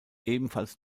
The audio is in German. ebenfalls